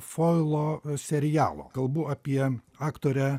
foilo serialo kalbu apie aktorę